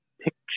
picture